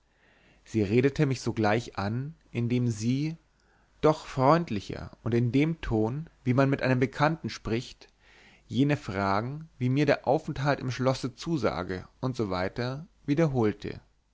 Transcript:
sie redete mich sogleich an indem sie doch freundlicher und in dem ton wie man mit einem bekannten spricht jene fragen wie mir der aufenthalt im schlosse zusage u s wiederholte